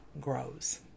grows